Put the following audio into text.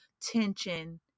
tension